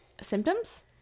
symptoms